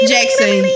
Jackson